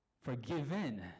forgiven